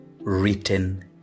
written